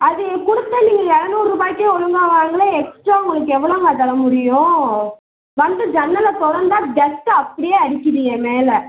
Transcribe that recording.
அது கொடுத்த நீங்கள் இரநூறுபாய்க்கே ஒழுங்காக வாங்கலை எக்ஸ்ட்டா உங்களுக்கு எவ்வளோங்க தர முடியும் வந்து ஜன்னலை திறந்தா டஸ்ட்டு அப்டியே அடிக்குது என் மேலே